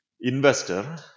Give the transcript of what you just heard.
investor